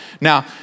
now